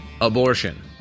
abortion